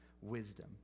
wisdom